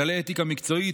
כללי אתיקה מקצועית,